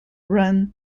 run